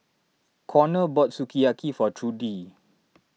Konnor bought Sukiyaki for Trudi